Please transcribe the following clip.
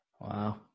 wow